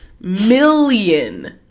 million